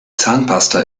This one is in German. zahnpasta